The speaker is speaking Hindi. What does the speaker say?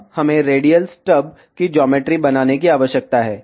अब हमें रेडियल स्टब्स की ज्योमेट्री बनाने की आवश्यकता है